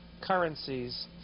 currencies